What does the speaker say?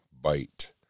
bite